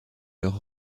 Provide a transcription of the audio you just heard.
leurs